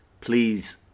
please